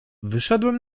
wyszedłem